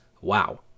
Wow